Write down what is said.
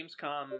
Gamescom